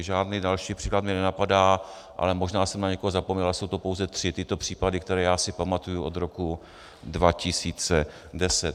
Žádný další příklad mě nenapadá, ale možná jsem na někoho zapomněl, ale jsou to pouze tři tyto případy, které já si pamatuji, od roku 2010.